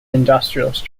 industrialist